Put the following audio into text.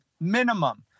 Minimum